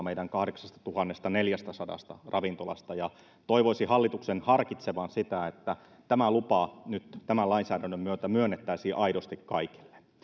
meidän kahdeksastatuhannestaneljästäsadasta ravintolasta on tällainen ulosmyyntilupa ja toivoisin hallituksen harkitsevan sitä että tämä lupa nyt tämän lainsäädännön myötä myönnettäisiin aidosti kaikille